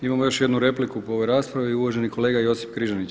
Imamo još jednu repliku po ovoj raspravi, uvaženi kolega Josip Križanić.